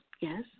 yes